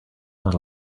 not